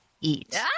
eat